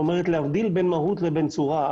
להבדיל בין מהות לבין צורה.